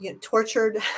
tortured